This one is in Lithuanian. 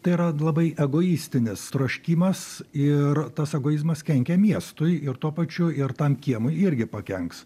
tai yra labai egoistinis troškimas ir tas egoizmas kenkia miestui ir tuo pačiu ir tam kiemui irgi pakenks